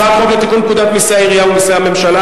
הצעת חוק לתיקון פקודת מסי העירייה ומסי הממשלה